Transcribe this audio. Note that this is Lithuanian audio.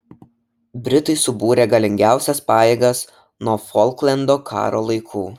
britai subūrė galingiausias pajėgas nuo folklendo karo laikų